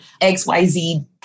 XYZ